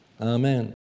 Amen